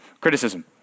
criticism